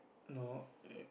no eh